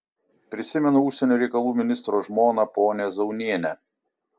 prisimenu užsienio reikalų ministro žmoną ponią zaunienę